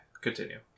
continue